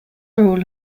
rule